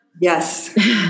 Yes